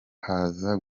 haza